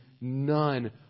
none